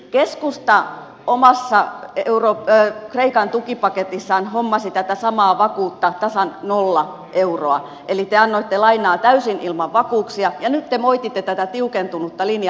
keskusta omassa kreikan tukipaketissaan hommasi tätä samaa vakuutta tasan nolla euroa eli te annoitte lainaa täysin ilman vakuuksia ja nyt te moititte tätä tiukentunutta linjaa